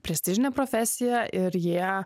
prestižinę profesiją ir jie